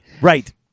Right